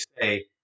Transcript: say